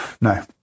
No